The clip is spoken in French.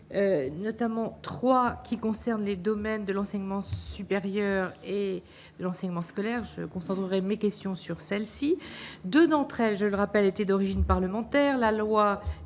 notamment 3 qui concernent les domaines de l'enseignement supérieur et de l'enseignement scolaire, je concentrerai mes questions sur celle-ci, 2 d'entre elles, je le rappelle était d'origine parlementaire,